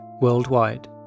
worldwide